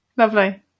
Lovely